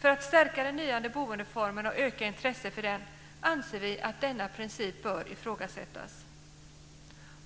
För att stärka den nya boendeformen och öka intresset för den anser vi att denna princip bör ifrågasättas.